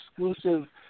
exclusive